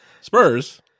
Spurs